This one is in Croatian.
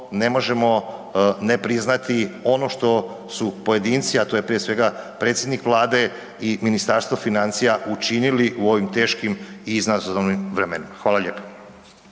ne možemo ne priznati ono što su pojedinci a to je prije svega, predsjednik Vlade i Ministarstvo financija učinili u ovim teškim i izazovnim vremenima. Hvala lijepo.